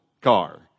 car